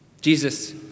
Jesus